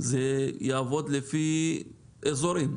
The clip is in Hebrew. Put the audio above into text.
זה יעבוד לפי אזורים?